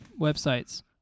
websites